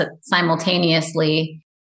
simultaneously